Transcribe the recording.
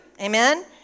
Amen